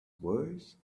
worse